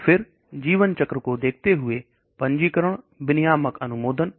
और फिर जीवन चक्र को देखते हुए पंजीकरण विनियामक अनुमोदन